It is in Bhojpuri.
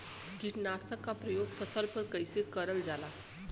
कीटनाशक क प्रयोग फसल पर कइसे करल जाला?